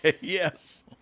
Yes